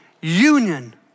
union